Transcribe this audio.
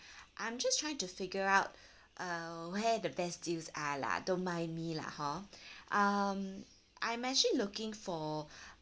I'm just trying to figure out uh where the best deals are lah don't mind me lah hor um I'm actually looking for